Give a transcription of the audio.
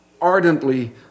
ardently